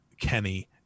Kenny